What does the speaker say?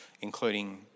including